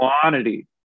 quantity